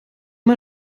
man